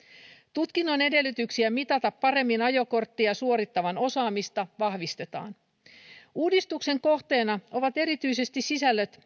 tutkinnon edellytyksiä mitata paremmin ajokorttia suorittavan osaamista vahvistetaan uudistuksen kohteena ovat erityisesti sisällöt